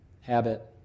habit